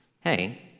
hey